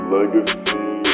Legacy